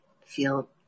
feel